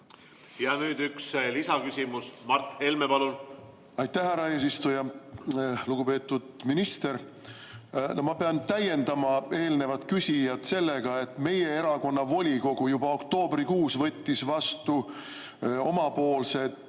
Ja nüüd üks lisaküsimus. Mart Helme, palun! Aitäh, härra eesistuja! Lugupeetud minister! Ma pean täiendama eelnevat küsijat sellega, et meie erakonna volikogu võttis juba oktoobrikuus vastu omapoolsed